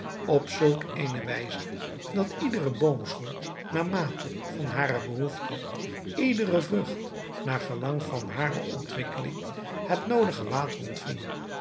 op zulk eene wijze dat iedere boomsoort naar mate van hare behoefte iedere vrucht naar gelang van hare ontwikkeling het noodige water ontving